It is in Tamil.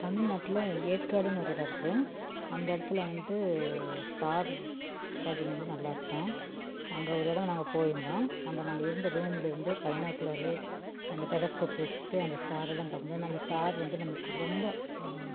தமிழ்நாட்டில் ஏற்காடுன்னு ஒரு இடம் இருக்குது அந்த இடத்துல வந்து ஸ்டார் கேஜிங் வந்து நல்லா இருக்கும் அங்கே ஒரு தடவை நாங்கள் போயிருந்தோம் அங்கே நாங்கள் இருந்த ரூம்லேருந்தே பைனாக்குலரு இந்த டெலெஸ்க்கோப்பு வச்சுட்டு அந்த ஸ்டாரெல்லாம் பார்க்கும்போது நம்ம ஸ்டார் வந்து நம்மளுக்கு ரொம்ப